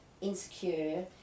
insecure